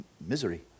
misery